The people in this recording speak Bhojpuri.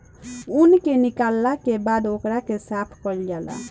ऊन के निकालला के बाद ओकरा के साफ कईल जाला